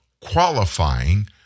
qualifying